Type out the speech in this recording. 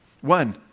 One